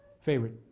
favorite